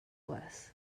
was